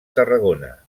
tarragona